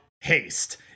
haste